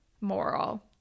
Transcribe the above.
moral